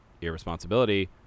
irresponsibility